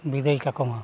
ᱵᱤᱫᱟᱹᱭ ᱠᱟᱠᱚ ᱢᱟ